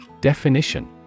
Definition